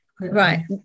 right